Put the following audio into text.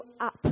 up